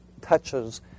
touches